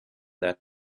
that